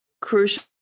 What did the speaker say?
crucial